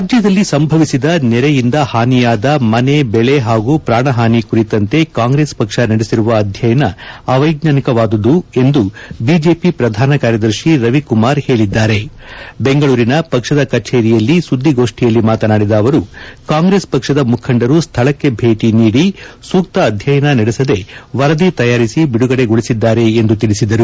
ರಾಜ್ಯದಲ್ಲಿ ಸಂಭವಿಸಿದ ನೆರೆಯಿಂದ ಹಾನಿಯಾದ ಮನೆಬೆಳೆ ಹಾಗೂ ಪ್ರಾಣ ಹಾನಿ ಕುರಿತಂತೆ ಕಾಂಗ್ರೆಸ್ ಪಕ್ಷ ನಡೆಸಿರುವ ಅಧ್ಯಯನ ಅವೈಜ್ಞಾನಿವಾದುದು ಎಂದು ಬಿಜೆಪಿ ಪ್ರಧಾನ ಕಾರ್ಯದರ್ಶಿ ರವಿಕುಮಾರ್ ಹೇಳಿದ್ದಾರೆ ಬೆಂಗಳೂರಿನ ಪಕ್ಷದ ಕಚೇರಿಯಲ್ಲಿ ಸುದ್ಗಿಗೋಷ್ಠಿಯಲ್ಲಿ ಮಾತನಾಡಿದ ಅವರು ಕಾಂಗ್ರೆಸ್ ಪಕ್ಷದ ಮುಖಂಡರು ಸ್ಥಳಕ್ಕೆ ಬೇಟಿ ನೀಡಿ ಸೂಕ್ತ ಅಧ್ಯಯನ ನಡೆಸದೇ ವರದಿ ತಯಾರಿಸಿ ಬಿಡುಗಡೆಗೊಳಿಸಿದ್ದಾರೆ ಎಂದು ತಿಳಿಸಿದರು